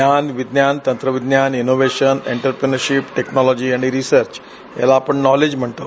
ज्ञान विज्ञान तंत्रज्ञान इनोव्हेशन इंटरप्रिनियरशिप टेक्नॉलॉजी आणि रिसर्च याला आपण नॉलेज म्हणतो